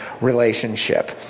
relationship